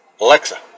Alexa